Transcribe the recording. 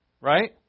right